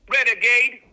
Renegade